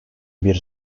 bir